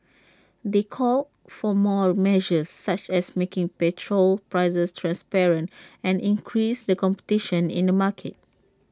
they called for more measures such as making petrol prices transparent and increasing the competition in the market